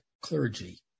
clergy